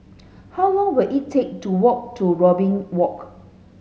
how long will it take to walk to Robin Walk